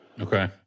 Okay